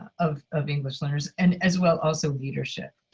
of of english learners, and as well, also leadership.